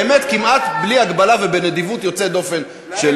באמת כמעט בלי הגבלה ובנדיבות יוצאת דופן של